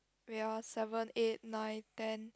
wait ah seven eight nine ten